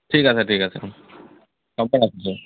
ঠিক আছে ঠিক আছে হ'ব ৰাখিছোঁ অঁ